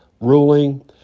ruling